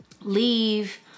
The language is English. leave